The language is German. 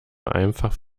einfach